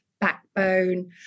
backbone